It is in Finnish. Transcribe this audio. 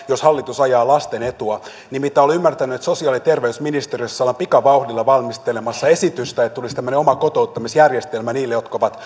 hallitus ajaa lasten etua kun nimittäin olen ymmärtänyt että sosiaali ja terveysministeriössä ollaan pikavauhdilla valmistelemassa esitystä että tulisi tämmöinen oma kotouttamisjärjestelmä niille jotka ovat